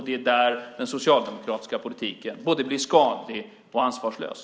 Det är där den socialdemokratiska politiken både blir skadlig och ansvarslös.